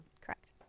Correct